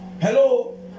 Hello